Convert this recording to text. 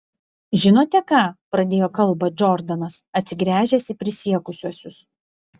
žinote ką pradėjo kalbą džordanas atsigręžęs į prisiekusiuosius